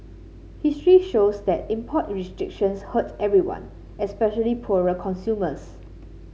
history shows that import restrictions hurt everyone especially poorer consumers